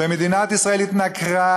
ומדינת ישראל התנכרה